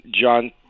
John